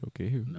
okay